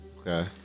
Okay